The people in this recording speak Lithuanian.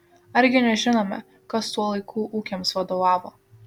argi nežinome kas tuo laiku ūkiams vadovavo